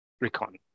Recon